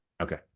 Okay